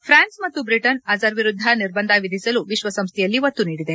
France ಮತ್ತು Britain Azhar ವಿರುದ್ದ ನಿರ್ಬಂಧ ವಿಧಿಸಲು ವಿಶ್ವಸಂಸ್ಥೆಯಲ್ಲಿ ಒತ್ತು ನೀಡಿದೆ